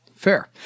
Fair